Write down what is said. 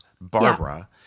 Barbara